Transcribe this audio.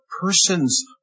persons